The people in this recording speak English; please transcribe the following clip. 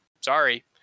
Sorry